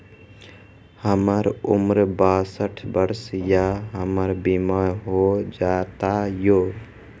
हमर उम्र बासठ वर्ष या हमर बीमा हो जाता यो?